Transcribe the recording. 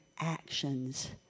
actions